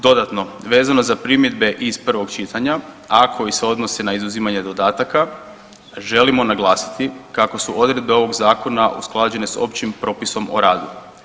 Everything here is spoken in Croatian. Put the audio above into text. Dodano vezano za primjedbe iz prvog čitanja, a koji se odnose na izuzimanje dodataka, želimo naglasiti kako su odredbe ovog zakona usklađene s Općim propisom o radu.